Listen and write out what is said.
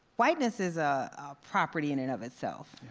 whiteness is a property in and of itself,